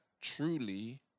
truly